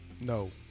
No